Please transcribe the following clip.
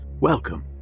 Welcome